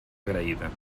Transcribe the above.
agraïda